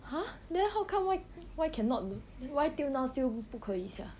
!huh! then how come why why cannot leh why till now still 不可以 sia